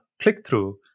click-through